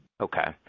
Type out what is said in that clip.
Okay